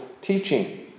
teaching